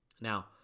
Now